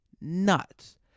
nuts